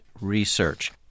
research